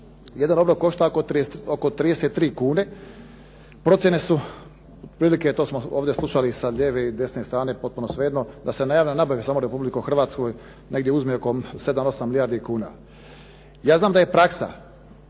Jedan obrok košta oko 33 kune. Procjene su otprilike, to smo ovdje slušali sa lijeve i desne strane, potpuno svejedno, da se na javnoj nabavi samo Republici Hrvatskoj negdje uzme oko 7, 8 milijardi kuna. Ja znam da je praksa